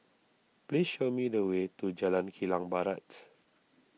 please show me the way to Jalan Kilang Barat